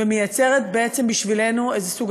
ומייצרת בשבילנו סוג,